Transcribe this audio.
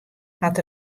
hat